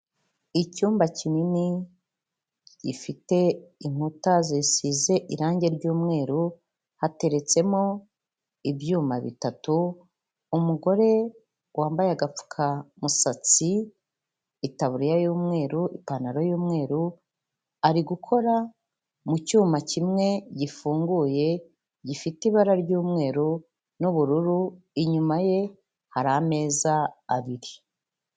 Icyumba kinini gifite inkuta zisize irangi ry'umweru, hateretsemo ibyuma bitatu, umugore wambaye agapfukamusatsi, itaburiya y'umweru, ipantaro y'umweru, ari gukora mu cyuma kimwe gifunguye gifite ibara ry'umweru n'ubururu, inyuma ye hari ameza abiri.